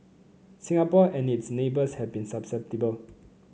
Singapore and its neighbours have been susceptible